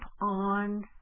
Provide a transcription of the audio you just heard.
on